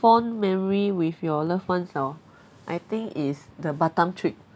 fond memory with your loved ones hor I think it's the Batam trip